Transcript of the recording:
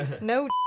No